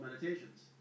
meditations